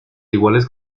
iguales